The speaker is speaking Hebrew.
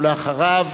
אחריו,